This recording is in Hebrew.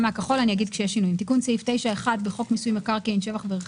אנחנו רואים בזה צעד שתומך ביכולת שלנו להמשיך לשווק באזורי הביקוש,